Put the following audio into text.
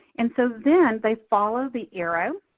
and so then they follow the arrow